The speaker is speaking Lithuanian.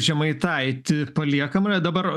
žemaitaitį paliekam dabar